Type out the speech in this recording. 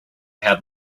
had